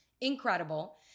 Incredible